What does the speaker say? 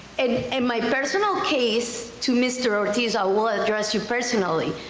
and and my personal case, to mr. ortiz, i will address you personally,